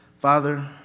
Father